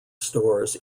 stores